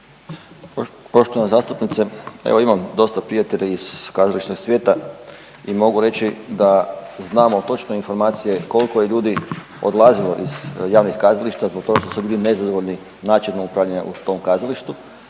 Poštovana zastupnice, evo imam dosta prijatelja iz kazališnog svijeta i mogu reći da znamo točno informacije kolko je ljudi odlazilo iz javnih kazališta zbog toga što su bili nezadovoljni načinom upravljanja u tom kazalištu,